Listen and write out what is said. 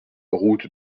route